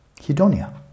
Hedonia